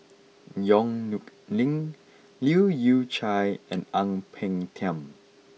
Yong Nyuk Lin Leu Yew Chye and Ang Peng Tiam